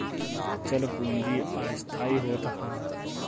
चल पूंजी अस्थाई होत हअ